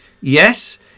Yes